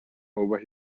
over